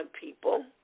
people